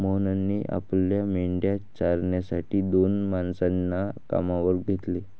मोहनने आपल्या मेंढ्या चारण्यासाठी दोन माणसांना कामावर घेतले